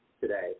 today